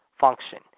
function